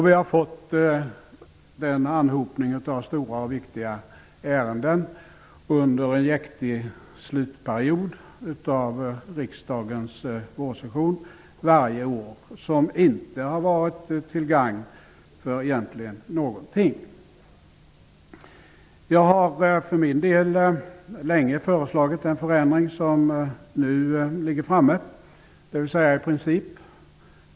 Vi har fått den anhopning av stora och viktiga ärenden under en jäktig slutperiod av riksdagens vårsession varje år som inte har varit till gagn för egentligen någonting. Jag har för min del länge föreslagit i princip den förändring som nu ligger framme.